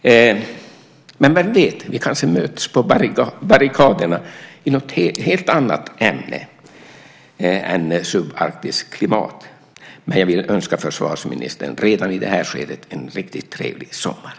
Men vem vet: Vi kanske möts på barrikaderna i något helt annat ämne än subarktiskt klimat! Jag vill ändå redan i det här skedet önska försvarsministern en riktigt trevlig sommar!